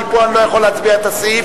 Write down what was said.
כי פה אני לא יכול להצביע על הסעיף,